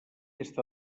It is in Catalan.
està